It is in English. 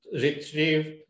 retrieve